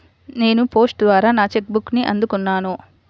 నేను పోస్ట్ ద్వారా నా చెక్ బుక్ని అందుకున్నాను